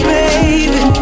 baby